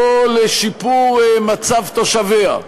לא לשיפור מצב תושביה,